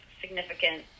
significant